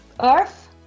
earth